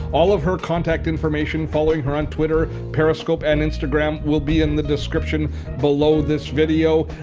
all of her contact information, following her on twitter, periscope, and instagram will be in the description below this video.